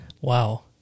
Wow